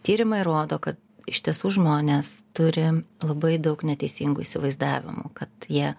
tyrimai rodo kad iš tiesų žmonės turi labai daug neteisingų įsivaizdavimų kad jie